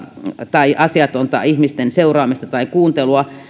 tai asiatonta ihmisten seuraamista tai kuuntelua